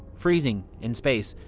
freezing in space.